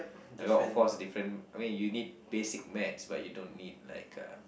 that one of course different I mean you need basic Maths but you don't need like uh